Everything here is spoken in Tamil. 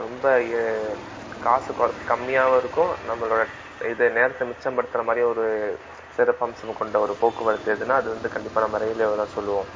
ரொம்ப காசு குற கம்மியாகவும் இருக்கும் நம்மளோட இது நேரத்தை மிச்சம்படுத்துகிற மாதிரியே ஒரு சிறப்பு அம்சமும் கொண்ட ஒரு போக்குவரத்து எதுனால் அது வந்து கண்டிப்பாக நம்ம ரயில்வேவைதான் சொல்லுவோம்